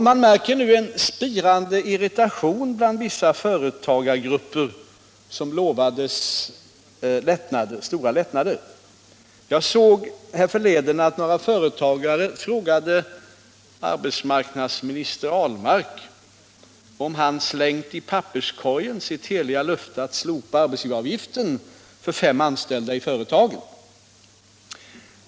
Man märker nu en spirande irritation inom vissa företagargrupper, som lovades stora lättnader. Jag såg härförleden att några företagare frågade arbetsmarknadsminister Ahlmark om han slängt i papperskorgen sitt heliga löfte att slopa arbetsgivaravgiften för fem anställda i företagen.